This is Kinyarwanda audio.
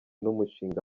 n’umushinga